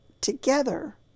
together